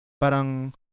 parang